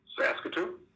Saskatoon